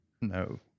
No